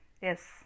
Yes